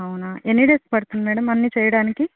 అవునా ఎన్ని డేస్ పడుతుంది మేడం అన్నీ చేయడానికి